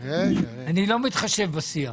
אני לא מתחשב בסיעה.